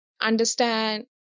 understand